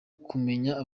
kumenya